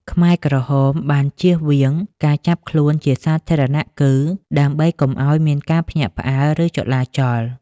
ខ្មែរក្រហមបានជៀសវាងការចាប់ខ្លួនជាសាធារណគឺ ដើម្បីកុំឱ្យមានការភ្ញាក់ផ្អើល ឬចលាចល។